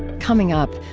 coming up,